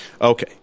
Okay